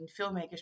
filmmakers